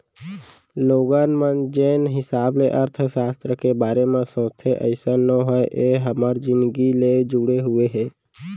लोगन मन जेन हिसाब ले अर्थसास्त्र के बारे म सोचथे अइसन नो हय ए ह हमर जिनगी ले जुड़े हुए हे